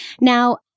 Now